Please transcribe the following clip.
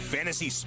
Fantasy